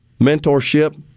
mentorship